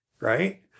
Right